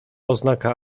oznaka